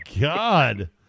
God